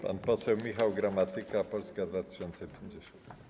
Pan poseł Michał Gramatyka, Polska 2050.